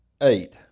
eight